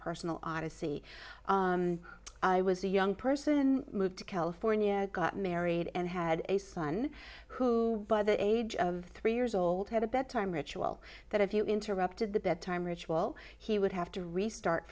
personal odyssey i was a young person moved to california got married and had a son who by the age of three years old had a bedtime ritual that if you interrupted the bedtime ritual he would have to restart